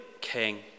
king